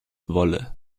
wolle